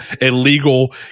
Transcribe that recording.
illegal